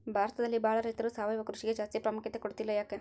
ಭಾರತದಲ್ಲಿ ಬಹಳ ರೈತರು ಸಾವಯವ ಕೃಷಿಗೆ ಜಾಸ್ತಿ ಪ್ರಾಮುಖ್ಯತೆ ಕೊಡ್ತಿಲ್ಲ ಯಾಕೆ?